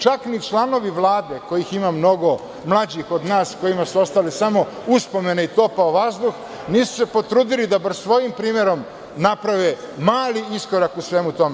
Čak ni članovi Vladi, kojih ima mnogo mlađih od nas, kojima su ostale samo uspomene i topao vazduh, nisu se potrudili da bar svojim primerom naprave mali iskorak u svemu tome.